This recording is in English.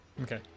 Okay